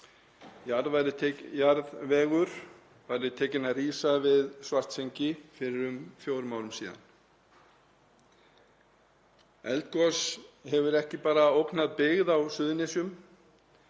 jarðvegur væri tekinn að rísa við Svartsengi fyrir um fjórum árum síðan. Eldgos hefur ekki bara ógnað byggð á Suðurnesjum